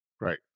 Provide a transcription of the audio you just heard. Right